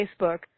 Facebook